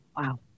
wow